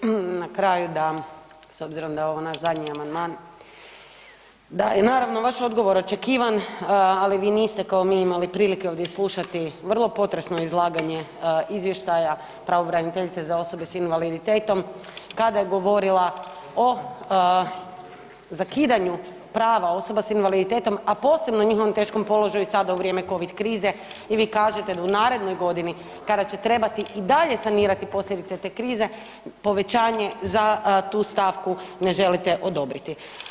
Evo reći ću na kraju da s obzirom da je ovo naš zadnji amandman, da je naravno, vaš odgovor očekivan, ali vi niste kao mi imali prilike ovdje slušati vrlo potresno izlaganja izvještaja pravobraniteljice za osobe s invaliditetom kada je govorila o zakidanju prava osoba s invaliditetom, a posebno njihovom teškom položaju sada u vrijeme Covid krize i vi kažete, u narednoj godini kada će trebati i dalje sanirati posljedice te krize, povećanje za tu stavku ne želite odobriti.